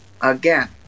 Again